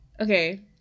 okay